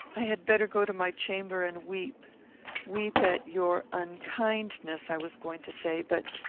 i had better go to my chamber and weep weep at your unkindness, i was going to say but,